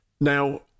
Now